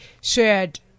shared